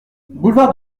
boulevard